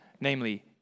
namely